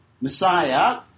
Messiah